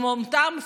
עם אותם סימפטומים,